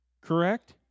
Correct